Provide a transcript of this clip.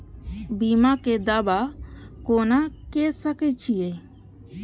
बीमा के दावा कोना के सके छिऐ?